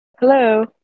Hello